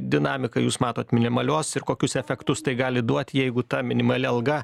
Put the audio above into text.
dinamiką jūs matot minimalios ir kokius efektus tai gali duot jeigu ta minimali alga